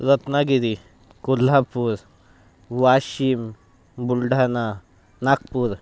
Ratnagiri Kolhapur Washim Buldhana Nagpur